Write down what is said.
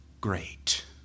Great